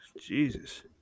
Jesus